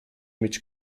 mieć